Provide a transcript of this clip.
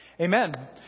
Amen